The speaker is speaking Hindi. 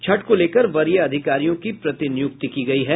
छठ को लेकर वरीय अधिकारियों की प्रतिनियुक्ति की गयी है